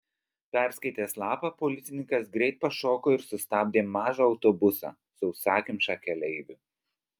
perskaitęs lapą policininkas greit pašoko ir sustabdė mažą autobusą sausakimšą keleivių